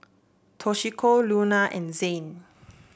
Toshiko Luna and Zane